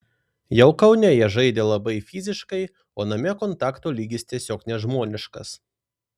jau kaune jie žaidė labai fiziškai o namie kontakto lygis tiesiog nežmoniškas